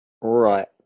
Right